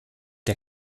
der